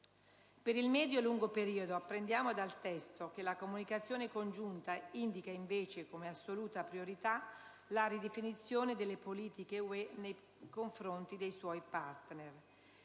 Per il medio-lungo periodo apprendiamo dal testo che «la Comunicazione congiunta indica invece come assoluta priorità la ridefinizione delle politiche UE nei confronti dei suoi *partner*».